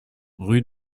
rue